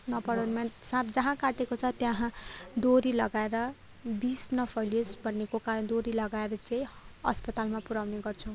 साँप जहाँ काटेको छ त्यहाँ डोरी लगाएर विष नफैलियोस् भन्नको कारणले डोरी लगाएर चाहिँ अस्पतालमा पुऱ्याउने गर्छौँ